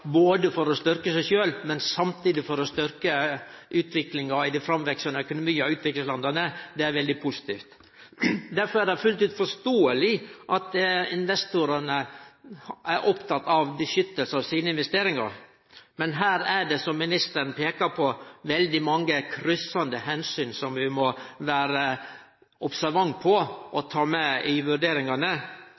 både for å styrkje seg sjølv og samtidig for å styrkje utviklinga i dei framveksande økonomiane og utviklingslanda – veldig positiv. Difor er det fullt ut forståeleg at investorane er opptekne av beskyttelse av sine investeringar. Men her er det, som ministeren peikar på, veldig mange kryssande omsyn som vi må vere observante på og ta med i vurderingane.